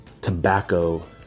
Tobacco